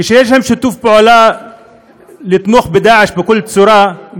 כשיש שם שיתוף פעולה לתמוך ב"דאעש" בכל צורה,